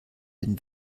den